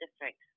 District